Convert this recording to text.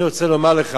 אני רוצה לומר לך,